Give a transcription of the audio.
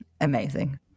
Amazing